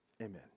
amen